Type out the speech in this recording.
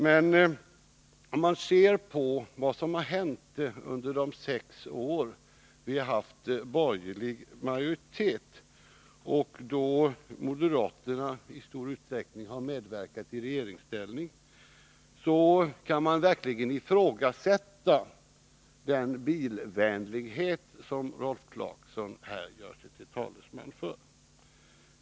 Men om man ser på vad som hände under de sex år vi hade borgerlig majoritet, då moderaterna i stor utsträckning medverkade i regeringsställning, kan man verkligen ifrågasätta den bilvänlighet Rolf Clarkson här gjorde anspråk på för moderata samlingspartiets räkning.